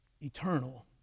eternal